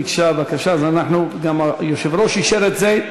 היא ביקשה בקשה, וגם היושב-ראש אישר את זה.